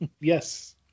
Yes